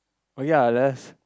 okay lah let's